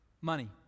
money